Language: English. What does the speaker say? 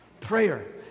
Prayer